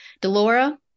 Delora